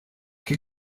che